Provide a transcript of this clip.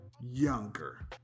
younger